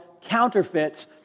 counterfeits